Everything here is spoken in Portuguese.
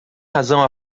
razão